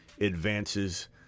advances